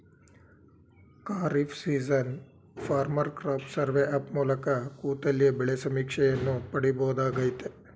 kharif season farmer crop survey app ಮೂಲಕ ಕೂತಲ್ಲಿಯೇ ಬೆಳೆ ಸಮೀಕ್ಷೆಯನ್ನು ಪಡಿಬೋದಾಗಯ್ತೆ